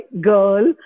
girl